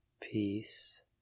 peace